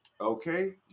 okay